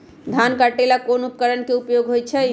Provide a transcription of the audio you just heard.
धान के काटे का ला कोंन उपकरण के उपयोग होइ छइ?